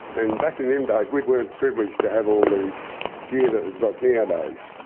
and back in them days we weren't privileged to have all the gear that we've got nowadays.